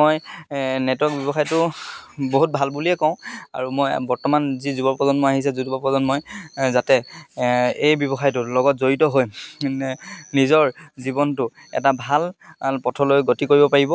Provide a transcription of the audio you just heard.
মই নেটৱৰ্ক ব্যৱসায়টো বহুত ভাল বুলিয়ে কওঁ আৰু মই বৰ্তমান যি যুৱ প্ৰজন্ম আহিছে যুৱপ্ৰজন্মই যাতে এই ব্যৱসায়টোৰ লগত জড়িত হৈ নিজৰ জীৱনটো এটা ভাল পথলৈ গতি কৰিব পাৰিব